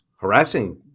harassing